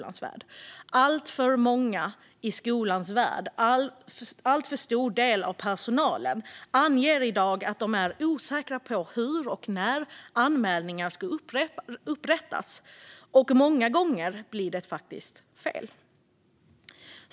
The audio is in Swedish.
Alltför många i skolans värld - en alltför stor del av personalen - anger i dag att de är osäkra på hur och när anmälningar ska upprättas. Många gånger blir det faktiskt fel.